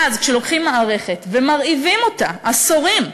ואז, כשלוקחים מערכת ומרעיבים אותה, עשורים,